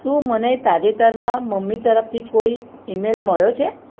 શું મને તાજેતરમાં મમ્મી તરફથી કોઈ ઇમેલ મળ્યો છે